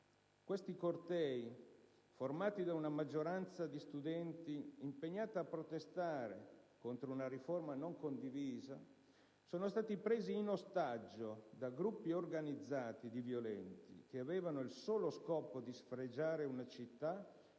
Questi cortei, formati da una maggioranza di studenti impegnata a protestare contro una riforma non condivisa, sono stati presi in ostaggio da gruppi organizzati di violenti, che avevano il solo scopo di sfregiare una città,